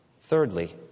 Thirdly